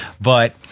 but-